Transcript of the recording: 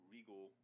Regal